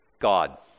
God